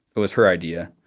it was her idea,